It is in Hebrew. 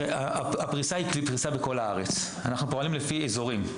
הפריסה היא בכל הארץ ואנחנו עובדים לפי אזורים.